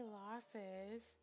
losses